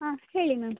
ಹಾಂ ಹೇಳಿ ಮ್ಯಾಮ್